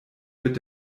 wird